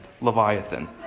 Leviathan